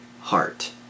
heart